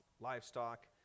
livestock